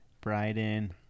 Bryden